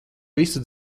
visu